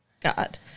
God